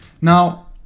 Now